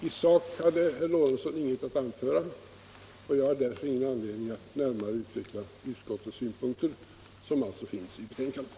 I sak hade herr Lorentzon inget att tillägga, och jag har därför ingen anledning att närmare utveckla utskottets synpunkter, som alltså finns i betänkandet.